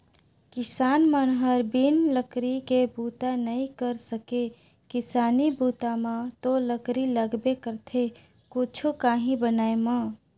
किसान मन हर बिन लकरी के बूता नइ कर सके किसानी बूता म तो लकरी लगबे करथे कुछु काही बनाय म